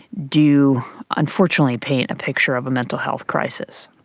do unfortunately paint a picture of a mental health crisis.